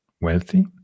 wealthy